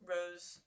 Rose